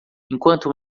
enquanto